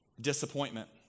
disappointment